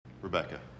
rebecca